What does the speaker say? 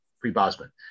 pre-Bosman